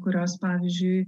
kurios pavyzdžiui